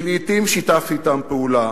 שלעתים שיתפתי אתם פעולה,